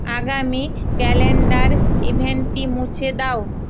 আগামী ক্যালেন্ডার ইভেন্টটি মুছে দাও